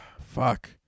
fuck